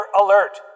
alert